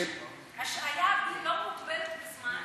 כלפי החיילת, השעיה לא מוגבלת בזמן.